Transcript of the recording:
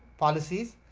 policies,